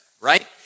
right